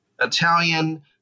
Italian